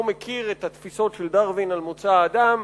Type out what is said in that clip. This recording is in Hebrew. מכיר את התפיסות של דרווין על מוצא האדם,